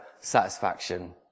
satisfaction